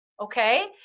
Okay